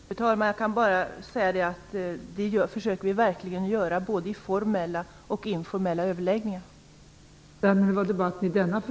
Fru talman! Jag kan bara säga att vi verkligen försöker göra det, både i formella och informella överläggningar.